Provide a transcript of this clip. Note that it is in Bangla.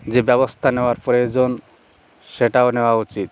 যে ব্যবস্থা নেওয়ার প্রয়োজন সেটাও নেওয়া উচিত